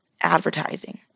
Advertising